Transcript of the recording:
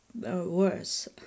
worse